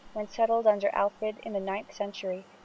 when settled under alfred in the ninth century,